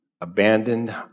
abandoned